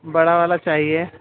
بڑا والا چاہیے